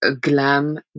glam